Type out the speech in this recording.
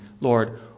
Lord